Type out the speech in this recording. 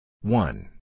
One